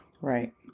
Right